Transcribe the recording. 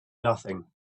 nothing